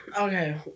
okay